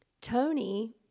Tony